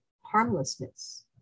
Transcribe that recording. harmlessness